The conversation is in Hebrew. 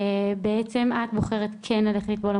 ובעצם את בוחרת כן ללכת לטבול,